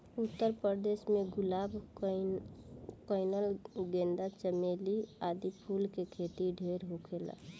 उत्तर प्रदेश में गुलाब, कनइल, गेंदा, चमेली आदि फूल के खेती ढेर होखेला